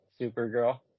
Supergirl